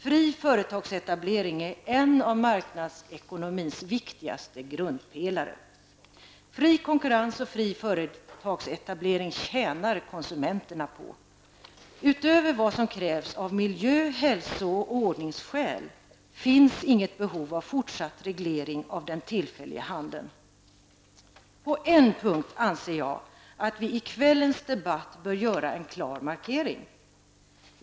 Fri företagsetablering är en av marknadsekonomins viktigaste grundpelare. Fri konkurrens och fri företagsetablering tjänar konsumenterna på. Utöver vad som krävs av miljö-, hälso och ordningsskäl finns inget behov av fortsatt reglering av den tillfälliga handeln. På en punkt anser jag att vi i kvällens debatt bör göra en klar markering.